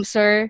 Sir